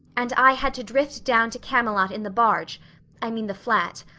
and i had to drift down to camelot in the barge i mean the flat.